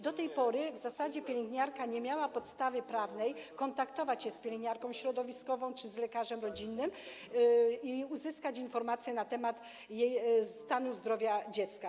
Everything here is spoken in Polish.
Do tej pory w zasadzie pielęgniarka nie miała podstawy prawnej, aby kontaktować się z pielęgniarką środowiskową czy lekarzem rodzinnym i uzyskać informację na temat stanu zdrowia dziecka.